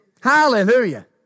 Hallelujah